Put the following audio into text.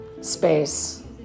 space